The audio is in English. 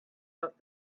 out